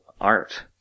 art